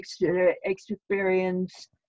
experience